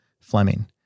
Fleming